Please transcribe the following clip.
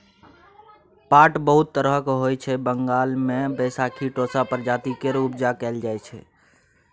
पाट बहुत तरहक होइ छै बंगाल मे बैशाखी टोसा प्रजाति केर उपजा कएल जाइ छै